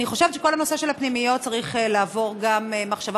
אני חושבת שכל הנושא של הפנימיות צריך לעבור גם מחשבה